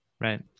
right